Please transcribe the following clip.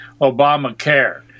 Obamacare